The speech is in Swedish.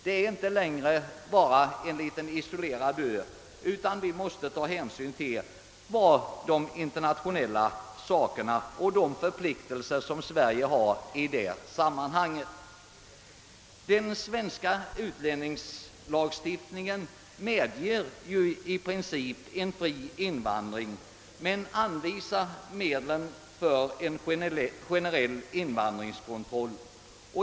Den är inte bara en liten isolerad ö; vi måste ta hänsyn till de internationella förhållandena och de för pliktelser som Sverige har i det sammanhanget. Den svenska utlänningslagstiftningen medger i princip en fri invandring men anvisar medel för en generell invandringskontroll.